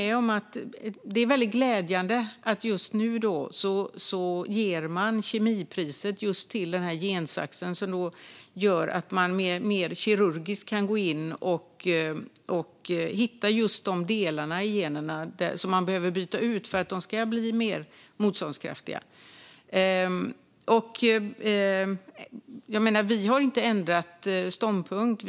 Det är glädjande att man nu ger kemipriset till just gensaxen, som gör att man mer kirurgiskt kan gå in och hitta de delar i generna som behöver bytas ut för att de ska bli mer motståndskraftiga. Vi har inte ändrat ståndpunkt.